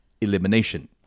elimination